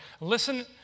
Listen